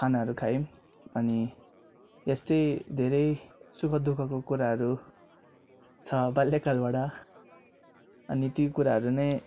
खानाहरू खायौँअनि यस्तै धेरै सुख दुखःको कुराहरू छ बाल्यकालबाट अनि त्यो कुराहरू नै